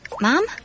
Mom